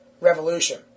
Revolution